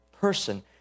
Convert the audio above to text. person